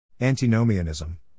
Antinomianism